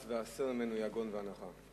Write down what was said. אז: והסר ממנו יגון ואנחה.